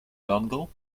dongle